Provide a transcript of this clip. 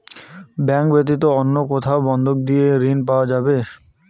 Bank ব্যাতীত অন্য কোথায় বন্ধক দিয়ে ঋন পাওয়া যাবে?